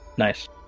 Nice